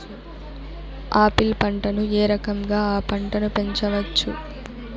Apple పంటను ఏ రకంగా అ పంట ను పెంచవచ్చు?